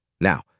Now